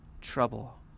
trouble